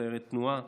סיירי תנועה,